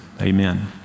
amen